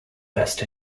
best